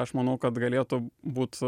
aš manau kad galėtų būt